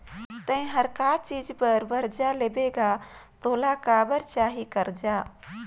ते हर का चीच बर बरजा लेबे गा तोला काबर चाही करजा